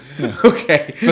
Okay